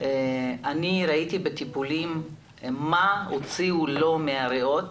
אני ראיתי בטיפולים מה הוציאו לו מהריאות